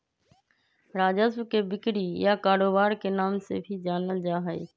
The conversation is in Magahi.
राजस्व के बिक्री या कारोबार के नाम से भी जानल जा हई